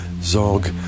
Zog